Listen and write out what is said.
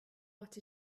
what